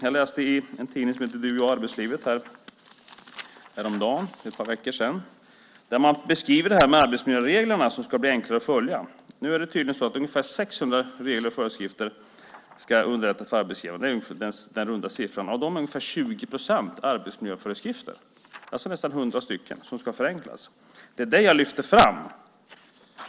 Jag läste i en tidning som heter Du & jobbet för ett par veckor sedan där man beskriver att arbetsmiljöreglerna ska bli enklare att följa. Det är tydligen så att förenklingar av ungefär 600 regler och föreskrifter ska underlätta för arbetsgivarna. Av dem är ungefär 20 procent arbetsmiljöföreskrifter, och det är alltså nästan 100 sådana som ska förenklas. Det är det jag lyfter fram.